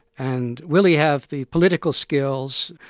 and will he have the political skills,